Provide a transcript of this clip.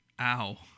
Ow